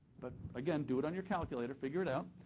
but, again, do it on your calculator. figure it out,